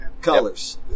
Colors